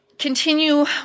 continue